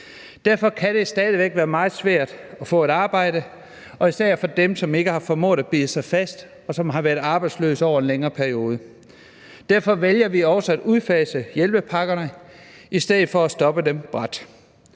derfor kan det stadig væk være meget svært at få et arbejde, især for dem, som ikke har formået at bide sig fast på arbejdsmarkedet, og som har været arbejdsløse over en længere periode. Derfor vælger vi også at udfase hjælpepakkerne i stedet for at stoppe dem brat.